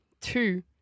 two